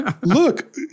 look